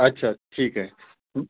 अच्छा ठीक आहे